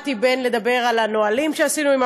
הדחתי מ"פ.